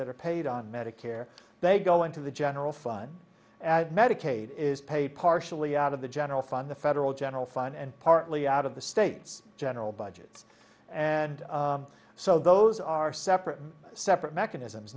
that are paid on medicare they go into the general fund medicaid is paid partially out of the general fund the federal general fund and partly out of the state's general budgets and so those are separate separate mechanisms